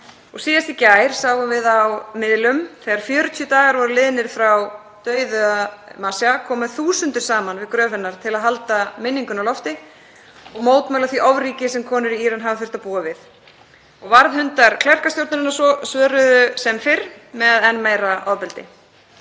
Síðast í gær sáum við á miðlum, þegar 40 dagar voru liðnir frá dauða Mahsa, að þúsundir komu saman við gröf hennar til að halda minningunni á lofti og mótmæla því ofríki sem konur í Íran hafa þurft að búa við. Varðhundar klerkastjórnarinnar svöruðu sem fyrr með enn meira ofbeldi.